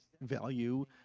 value